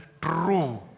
true